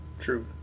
True